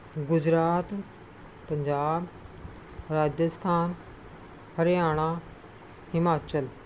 Gujarat Punjab Rajasthan Haryana Himachal